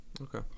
Okay